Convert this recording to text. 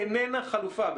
איננה חלופה,